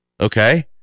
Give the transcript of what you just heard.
Okay